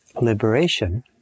Liberation